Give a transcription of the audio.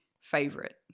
favorite